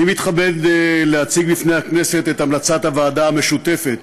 אני מתכבד להציג בפני הכנסת את המלצת הוועדה המשותפת